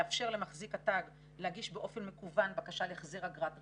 לאפשר למחזיק התג להגיש אופן מקוון בקשה להחזר אגרת רכב,